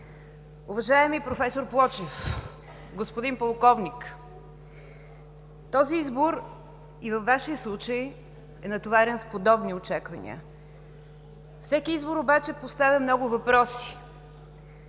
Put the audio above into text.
Уважаеми проф. Плочев, господин Полковник, този избор и във Вашия случай е натоварен с подобни очаквания. Всеки избор обаче поставя много въпроси